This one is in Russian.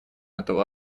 этого